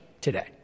today